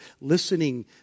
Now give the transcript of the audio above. listening